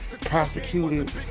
prosecuted